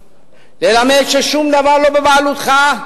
ללמד ששום דבר לא בבעלותך,